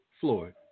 Floyd